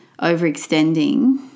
overextending